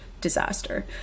disaster